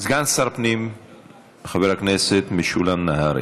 סגן שר הפנים חבר הכנסת משולם נהרי.